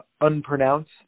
unpronounced